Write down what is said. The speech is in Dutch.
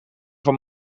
van